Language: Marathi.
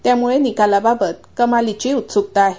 त्यामुळे निकालाबाबत कमालीची उत्सुकता आहे